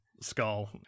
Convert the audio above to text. skull